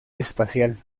espacial